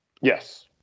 yes